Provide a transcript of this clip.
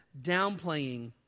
Downplaying